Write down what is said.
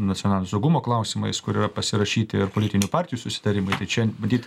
nacionalinio saugumo klausimais kurio pasirašyti ir politinių partijų susitarimai tai čia matyt